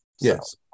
Yes